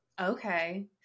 Okay